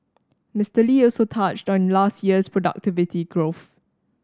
Mister Lee also touched on last year's productivity growth